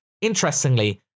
interestingly